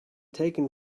taken